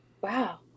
Wow